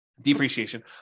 depreciation